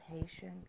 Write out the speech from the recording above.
Patient